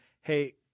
hey